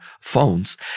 phones